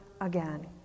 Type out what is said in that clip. again